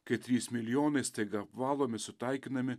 kai trys milijonai staiga apvalomi sutaikinami